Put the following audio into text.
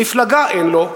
מפלגה אין לו,